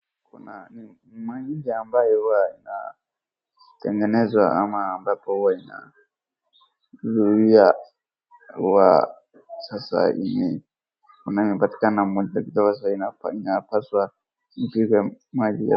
Kuna mahindi ambaye huwa inatengenezwa ama ambapo huwa inazuia wa sasa imepatikana mmoja wa sasa inapaswa ipigwe maji ya.